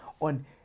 on